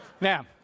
Now